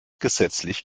gesetzlich